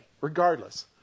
regardless